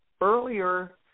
earlier